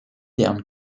down